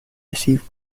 received